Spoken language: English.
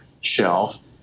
shelf